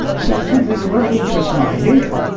so i think it's a very interesting idea.